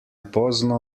pozno